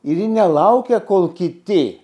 ir nelaukia kol kiti